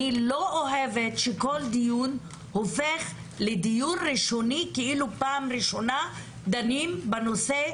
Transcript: אני לא אוהבת שכל דיון הופך לדיון ראשוני וכאילו פעם ראשונה דנים בנושא: